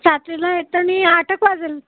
येताना आठच वाजेल